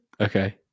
Okay